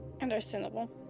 Understandable